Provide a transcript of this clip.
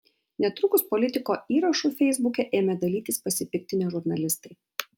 netrukus politiko įrašu feisbuke ėmė dalytis pasipiktinę žurnalistai